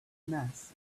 mass